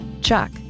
Chuck